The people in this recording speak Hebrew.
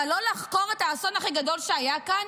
אבל לא לחקור את האסון הכי גדול שהיה כאן?